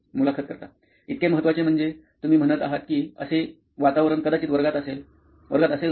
मुलाखत कर्ता इतके महत्वाचे म्हणजे तुम्ही म्हणत आहात की असे वातावरण कदाचित वर्गात असेल वर्गात असेल ना